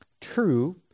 true